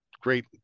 great